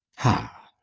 ha!